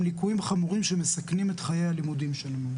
ליקויים חמורים שמסכנים את חיי התלמידים שלנו.